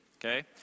okay